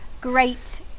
great